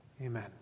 amen